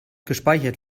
gespeichert